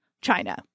China